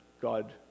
God